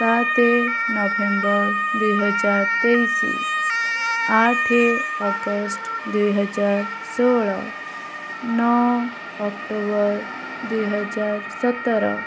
ସାତ ନଭେମ୍ବର ଦୁଇହଜାର ତେଇଶ ଆଠ ଅଗଷ୍ଟ ଦୁଇହଜାର ଷୋହଳ ନଅ ଅକ୍ଟୋବର ଦୁଇହଜାର ସତର